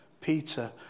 Peter